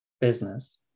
business